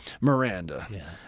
Miranda